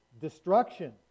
destruction